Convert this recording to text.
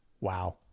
Wow